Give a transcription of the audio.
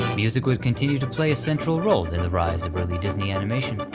music would continue to play a central role in the rise of early disney animation,